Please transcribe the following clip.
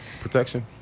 Protection